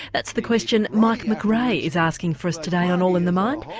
that's the question mike mcrae is asking for us today on all in the mind.